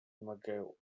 wymagają